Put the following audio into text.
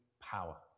power